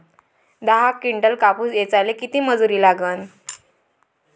दहा किंटल कापूस ऐचायले किती मजूरी लागन?